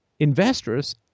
investors